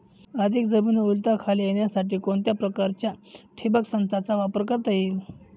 अधिक जमीन ओलिताखाली येण्यासाठी कोणत्या प्रकारच्या ठिबक संचाचा वापर करता येईल?